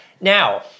Now